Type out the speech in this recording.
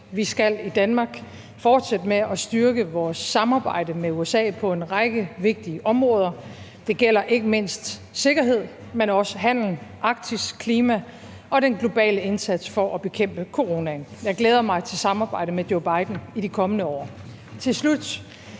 Vi skal i Danmark fortsætte med at styrke vores samarbejde med USA på en række vigtige områder. Det gælder ikke mindst sikkerhed, men også handel, Arktis, klima og den globale indsats for at bekæmpe coronaen. Jeg glæder mig til samarbejdet med Joe Biden i de kommende år.